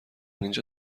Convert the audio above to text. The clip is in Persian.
اینجا